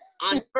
On